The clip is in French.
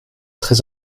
très